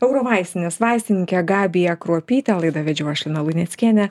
eurovaistinės vaistininkę gabiją kruopytę laidą vedžiau aš lina luneckienė